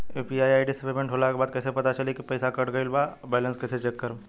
UPI ID से payment होला के बाद कइसे पता चली की पईसा कट गएल आ बैलेंस कइसे चेक करम?